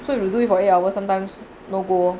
so if you do it for eight hours sometimes not good lor